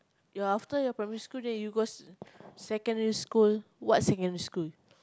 your after your primary school then you go secondary school what secondary school